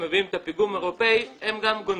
אלה שמביאים את הפיגום האירופאי הם גם גונבים.